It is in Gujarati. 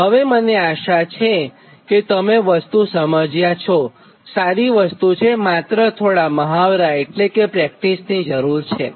હવેમને આશા છે કે તમે આ વસ્તુ સમજ્યા છો સાદી વસ્તુ છે માત્ર થોડા મહાવરાની જરૂર છે